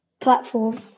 platform